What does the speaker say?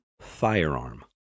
firearm